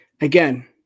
again